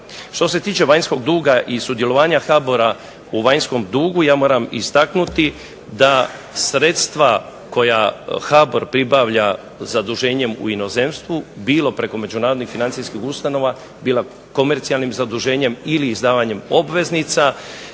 Što se tiče vanjskog duga i sudjelovanja HBOR-a u vanjskom dugu, ja moram istaknuti da sredstva koja HBOR pribavlja zaduženjem u inozemstvu bilo preko međunarodnih financijskih ustanova, bilo komercijalnim zaduženjem ili izdavanjem obveznica,